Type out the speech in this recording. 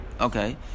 Okay